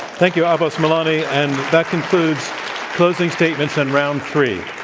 thank you, abbas milani. and that concludes closing statements and round three.